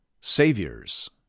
Saviors